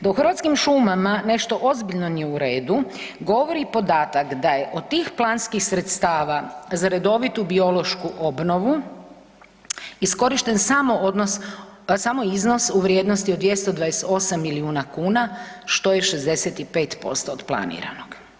Da u Hrvatskim šumama nešto ozbiljno nije u redu, govori i podatak da je od tih planskih sredstava za redovitu biološku obnovu iskorišten samo iznos u vrijednosti od 228 milijuna kuna što je 65% od planiranog.